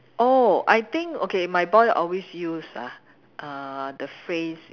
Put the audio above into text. oh I think okay my boy always use ah uh the phrase